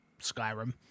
Skyrim